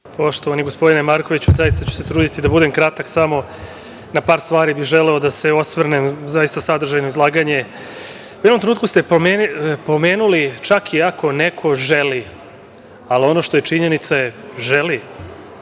Poštovani gospodine Markoviću, zaista ću se truditi da budem kratak. Samo na par stvari bih želeo da se osvrnem. Zaista, sadržajno izlaganje. U jednom trenutku ste pomenuli - čak i ako neko želi. Ono što je činjenica je želi.